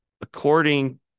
according